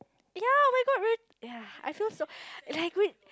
ya oh my god re~ ya I feel so like when